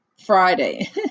Friday